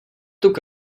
tuk